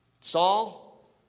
Saul